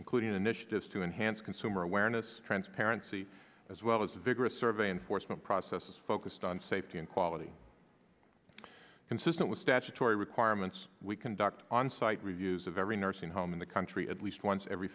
including initiatives to enhance consumer awareness transparency as well as vigorous survey enforcement processes focused on safety and quality consistent with statutory requirements we conduct onsite reviews of every nursing home in the country at least once every